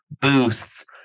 boosts